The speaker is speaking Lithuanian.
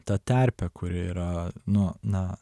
ta terpė kuri yra nu na